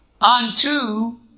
unto